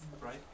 right